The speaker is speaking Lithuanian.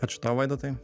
ačiū tau vaidotai